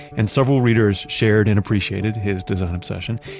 and several readers shared and appreciated his design obsession.